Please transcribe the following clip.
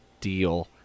deal